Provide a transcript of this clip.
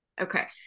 Okay